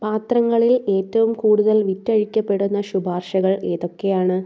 പാത്രങ്ങളിൽ ഏറ്റവും കൂടുതൽ വിറ്റഴിക്കപ്പെടുന്ന ശുപാർശകൾ ഏതൊക്കെയാണ്